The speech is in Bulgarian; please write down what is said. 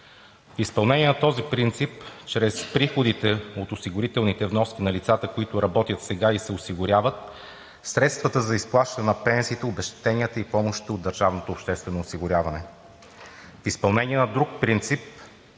В изпълнение на този принцип чрез приходите от осигурителните вноски на лицата, които работят сега и се осигуряват, са средствата за изплащане на пенсиите, обезщетенията и помощите от Държавното обществено осигуряване. В изпълнение на друг принцип,